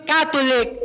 Catholic